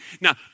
Now